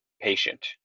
patient